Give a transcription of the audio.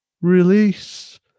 release